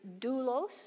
doulos